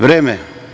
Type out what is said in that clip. Vreme.